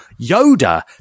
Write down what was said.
Yoda